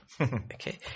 Okay